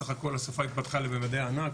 בסך הכל השריפה התפתחה לממדי ענק,